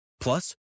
Plus